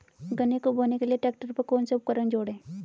गन्ने को बोने के लिये ट्रैक्टर पर कौन सा उपकरण जोड़ें?